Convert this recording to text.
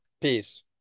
Peace